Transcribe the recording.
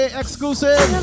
exclusive